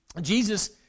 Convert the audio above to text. Jesus